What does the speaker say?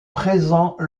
présent